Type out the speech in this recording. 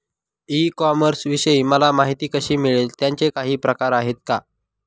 E कॉमर्सविषयी मला माहिती कशी मिळेल? त्याचे काही प्रकार आहेत का?